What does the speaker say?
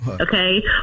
Okay